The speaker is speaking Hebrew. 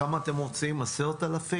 כמה אתם רוצים, 10,000?